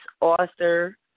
author